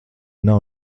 nav